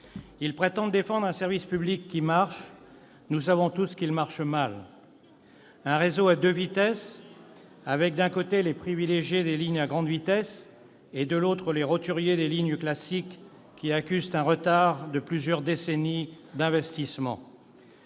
Ils prétendent défendre un service public qui marche. Nous savons tous qu'il fonctionne mal. Un réseau à deux vitesses avec, d'un côté, les privilégiés des lignes à grande vitesse et, de l'autre, les roturiers des lignes classiques qui accusent un retard d'investissement